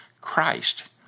Christ